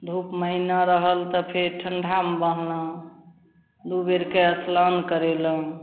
धूप महिना रहल तऽ फेर ठण्डामे बन्हलहुँ दुइ बेरकेअस्लान करेलहुँ